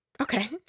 Okay